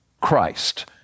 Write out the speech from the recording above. Christ